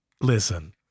listen